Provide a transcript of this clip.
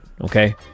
okay